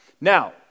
Now